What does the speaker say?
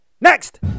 next